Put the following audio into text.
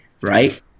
Right